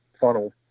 funnel